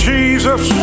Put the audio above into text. Jesus